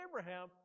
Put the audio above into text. Abraham